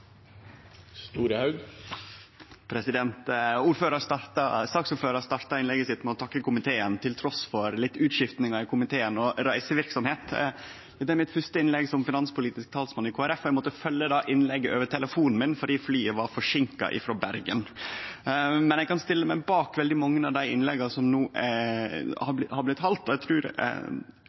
i Norge. Saksordføraren starta innlegget sitt med å takke komiteen. Trass i litt utskiftingar i komiteen og reiseverksemd er dette mitt fyrste innlegg som finanspolitisk talsperson for Kristeleg Folkeparti, og eg måtte følgje innlegget over telefonen fordi flyet var forseinka frå Bergen. Eg kan stille meg bak veldig mange av dei innlegga som no har blitt haldne. Det viser – og